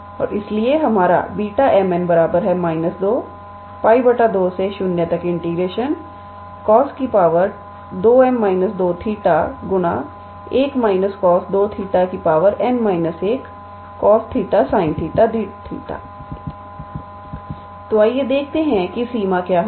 और इसलिए हमारा Β𝑚 𝑛 −2 𝜋 20 𝑐𝑜𝑠2𝑚−2𝜃1 − 𝑐𝑜𝑠2𝜃 𝑛−1 cos 𝜃 sin 𝜃𝑑𝜃 तोआइए देखते हैं कि सीमा क्या होगी